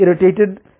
irritated